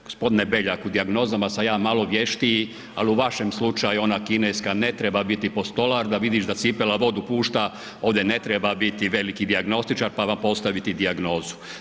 Gospodine Beljak, u dijagnozama sam ja malo vještiji ali u vašem slučaju ona kineska ne treba biti postolar da vidiš da cipela vodu pušta, ovdje ne treba biti veliki dijagnostičar pa vam postaviti dijagnozu.